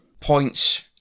points